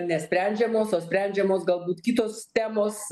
nesprendžiamos o sprendžiamos galbūt kitos temos